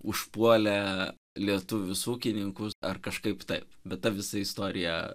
užpuolė lietuvius ūkininkus ar kažkaip taip bet ta visa istorija